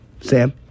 sam